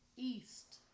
East